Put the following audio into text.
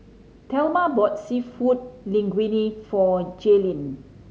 Thelma bought Seafood Linguine for Jaylynn